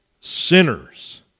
sinners